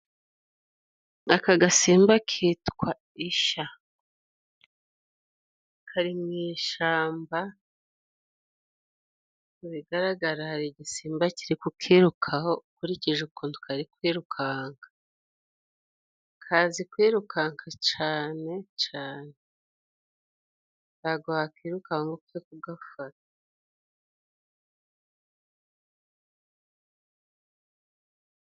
Aka gasimba kitwa isha. Kari mu ishamba， mu bigaragara hari igisimba kiri ku kirukaho, ukurikije ukuntu kari kwirukanka. Kazi kwirukanka cane cane，ntago wakwirukaho ngo upfe kugafata.